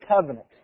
Covenant